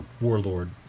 warlord